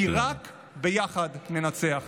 כי רק ביחד ננצח.